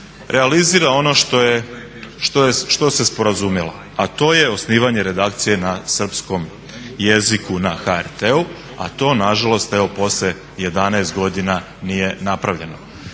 realizira ono što se sporazumjelo, a to je osnivanje redakcije na srpskom jeziku na HRT-u, a to na žalost evo posle 11 godina nije napravljeno.